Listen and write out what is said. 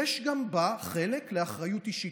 יש בה גם חלק של אחריות אישית.